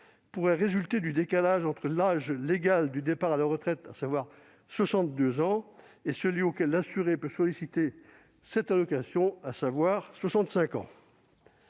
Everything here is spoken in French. pourrait résulter du décalage entre l'âge légal de départ à la retraite, fixé à 62 ans, et celui auquel l'assuré peut solliciter cette allocation, à savoir 65 ans.